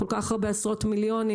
כל כך הרבה עשרות מיליונים,